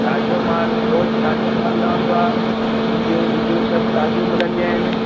ताज़ो माल रोज ताज़ो माल लहिंदो आहे भिंडियूं भिंडियूं सभु ताज़ो मिलंदियूं आहिनि